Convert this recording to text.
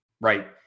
right